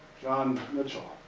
john mitchell.